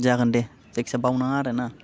जागोन दे जायखिजाया बावनाङा आरो ना